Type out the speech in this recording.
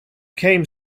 came